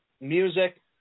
music